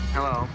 Hello